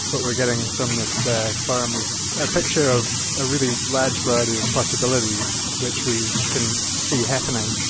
what we're getting from this ah forum is a picture of a really large variety of possibilities, which we can see happening.